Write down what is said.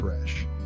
fresh